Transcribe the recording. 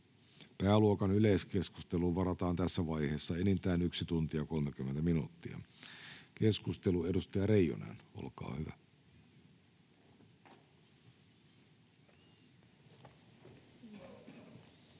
Pääluokan yleiskeskusteluun varataan tässä vaiheessa enintään yksi tunti ja 30 minuuttia. — Keskustelu, edustaja Reijonen, olkaa hyvä. [Speech